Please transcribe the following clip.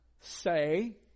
say